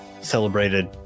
celebrated